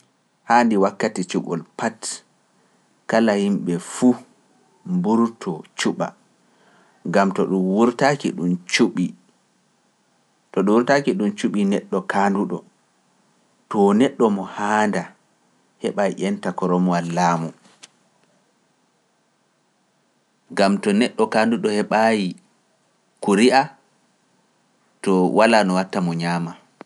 Haandi wakkati cuɓol pat kala yimɓe fuu mburtoo cuɓa, gam to ɗum wurtaaki ɗum cuɓi neɗɗo kaanduɗo, to neɗɗo mo haanda heɓa ƴenta koroomwal laamu, gam to neɗɗo kaanduɗo heɓaaki kuri'a, to walaa no watta mo ñaama.